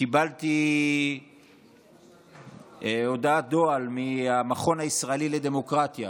קיבלתי הודעת דוא"ל מהמכון הישראלי לדמוקרטיה,